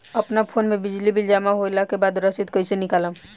अपना फोन मे बिजली बिल जमा होला के बाद रसीद कैसे निकालम?